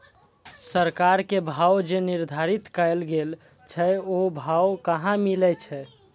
सरकार के भाव जे निर्धारित कायल गेल छै ओ भाव कहाँ मिले छै?